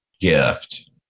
gift